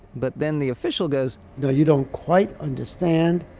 but then the official goes no you don't quite understand.